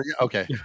Okay